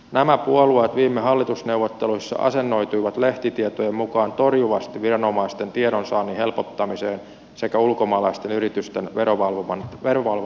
nämä puolueet viime hallitusneuvotteluissa asennoituivat lehtitietojen mukaan torjuvasti viranomaisten tiedonsaannin helpottamiseen sekä ulkomaalaisten yritysten verovalvonnan tehostamiseen